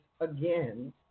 again